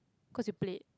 cause you played